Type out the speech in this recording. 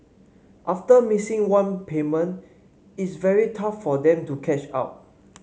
after missing one payment it's very tough for them to catch up